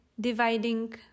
dividing